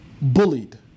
bullied